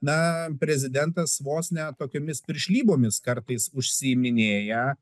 na prezidentas vos ne tokiomis piršlybomis kartais užsiiminėja